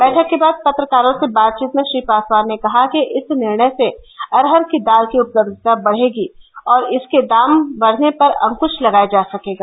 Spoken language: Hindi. बैठक के बाद पत्रकारों से बातचीत में श्री पासवान ने कहा कि इस निर्णय से अरहर की दाल की उपलब्धता बढ़ेगी और इसके दाम बढ़ने पर अंक्श लगाया जा सकेगा